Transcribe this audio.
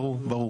ברור.